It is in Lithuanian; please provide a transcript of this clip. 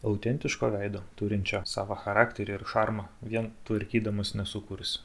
autentiško veido turinčio savo charakterį ir šarmą vien tvarkydamas nesukursi